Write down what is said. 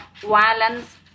violence